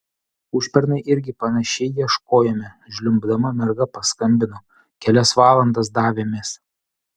užpernai irgi panašiai ieškojome žliumbdama merga paskambino kelias valandas davėmės